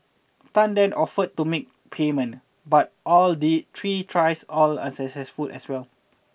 Tan then offered to make payment but all the three tries all was unsuccessful as well